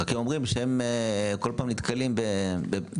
רק הם אומרים שהם כל פעם נתקלים --- בפינויים